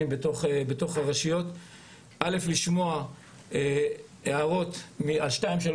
ברשויות כדי לשמוע הערות וחוזקות על